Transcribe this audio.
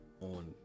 on